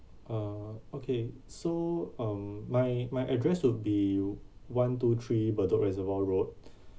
uh okay so um my my address will be one two three bedok reservoir road